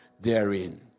therein